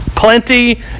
plenty